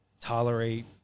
tolerate